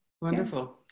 Wonderful